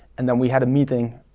and then we had a meeting